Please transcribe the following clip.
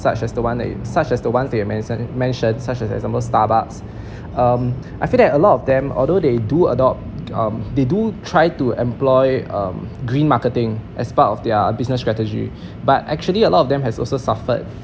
such as the one such as the ones you mention mentioned such as for example Starbucks um I feel that a lot of them although they do adopt um they do try to employ um green marketing as part of their business strategy but actually a lot of them has also suffered